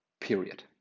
period